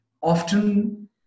Often